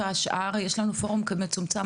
יש לנו פורום מצומצם,